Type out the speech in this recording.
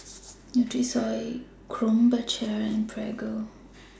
Nutrisoy Krombacher and Prego